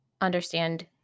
understand